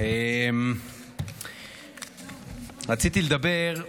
רציתי לדבר,